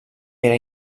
era